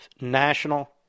national